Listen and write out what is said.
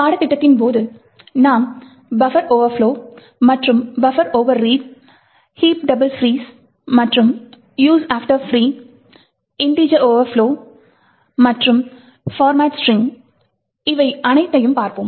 பாடத்திட்டத்தின் போது நாம் பஃபர் ஓவர்பிளோ மற்றும் buffer overread heaps double frees மற்றும் use after free integer overflow மற்றும் போர்மட் ஸ்ட்ரிங் இவை அனைத்தையும் பார்ப்போம்